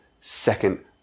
second